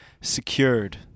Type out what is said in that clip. secured